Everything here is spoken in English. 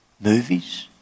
movies